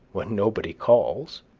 when nobody calls.